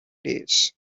days